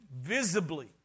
visibly